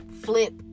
flip